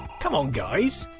come on guys!